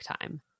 time